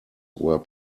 were